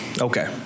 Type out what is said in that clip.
Okay